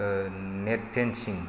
net fencing